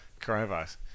coronavirus